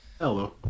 hello